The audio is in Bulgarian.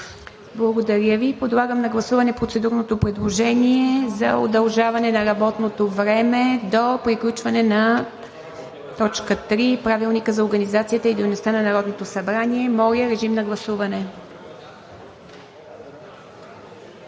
Благодаря Ви. Подлагам на гласуване процедурното предложение за удължаване на работното време до приключване на точка трета и Правилника за организацията и дейността на Народното събрание. Моля, режим на гласуване. Гласували